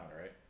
right